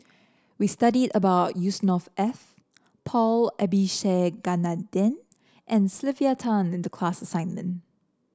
we studied about Yusnor Ef Paul Abisheganaden and Sylvia Tan in the class assignment